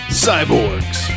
cyborgs